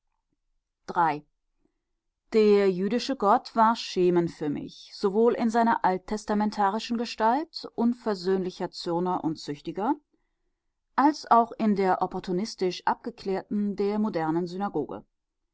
der jüdische gott war schemen für mich sowohl in seiner alttestamentarischen gestalt unversöhnlicher zürner und züchtiger als auch in der opportunistisch abgeklärten der modernen